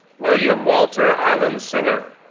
william walter allen singer,